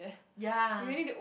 ya